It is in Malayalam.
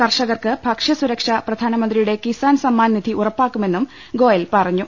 കർഷകർക്ക് ഭക്ഷ്യസു രക്ഷ പ്രധാനമന്ത്രിയുടെ കിസാൻ സമ്മാൻ നിധി ഉറപ്പാ ക്കുമെന്നും ഗോയൽ പറഞ്ഞു